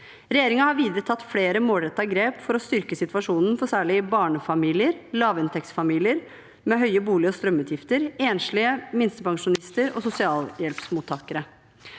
Regjeringen har videre tatt flere målrettede grep for å styrke situasjonen for særlig barnefamilier, lavinntektsfamilier med høye bolig- og strømutgifter, enslige minstepensjonister og sosialhjelpsmottakere.